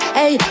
hey